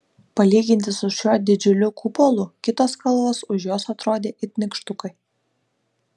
palyginti su šiuo didžiuliu kupolu kitos kalvos už jos atrodė it nykštukai